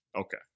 Okay